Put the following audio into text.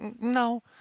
No